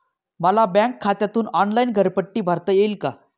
मला बँक खात्यातून ऑनलाइन घरपट्टी भरता येईल का?